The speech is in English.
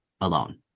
alone